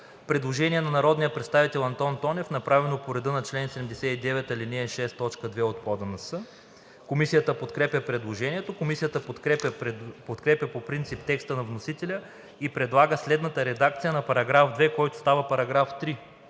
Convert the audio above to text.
Предложение на народния представител Антон Тонев, направено по реда на чл. 79, ал. 6, т. 2 от ПОДНС. Комисията подкрепя предложението. Комисията подкрепя по принцип текста на вносителя и предлага следната редакция на § 7, който става § 8: „§ 8.